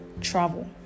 travel